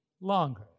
longer